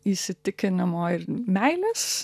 įsitikinimo ir meilės